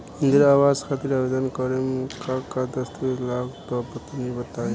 इंद्रा आवास खातिर आवेदन करेम का का दास्तावेज लगा तऽ तनि बता?